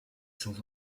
sans